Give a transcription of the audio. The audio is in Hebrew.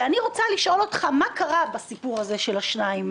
ואני רוצה לשאול אותך מה קרה בסיפור הזה של 2.9%?